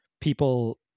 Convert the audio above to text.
people